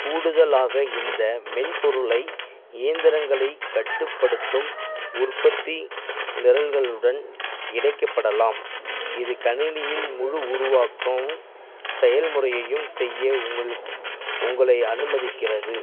கூடுதலாக இந்த மென்பொருளை இயந்திரங்களைக் கட்டுப்படுத்தும் உற்பத்தி நிரல்களுடன் இணைக்கப்படலாம் இது கணினியில் முழு உருவாக்கம் செயல்முறையையும் செய்ய உங்களுக் உங்களை அனுமதிக்கிறது